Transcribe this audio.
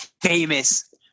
famous